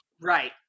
Right